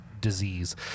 disease